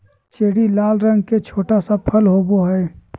cherry लाल रंग के छोटा सा फल होबो हइ